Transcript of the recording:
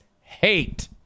hate